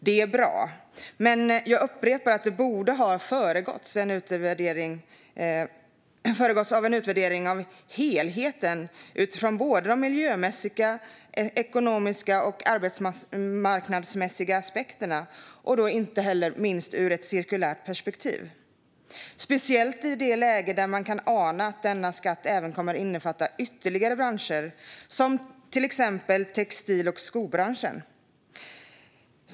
Det är bra, men jag upprepar att det borde ha föregåtts av en utvärdering av helheten utifrån både de miljömässiga, de ekonomiska och de arbetsmarknadsmässiga aspekterna och inte minst ur ett cirkulärt perspektiv. Det gäller speciellt i det läge där man kan ana att denna skatt även kommer att innefatta ytterligare branscher, till exempel textil och skobranschen.